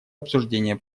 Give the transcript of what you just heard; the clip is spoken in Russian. обсуждение